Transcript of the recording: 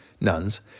nuns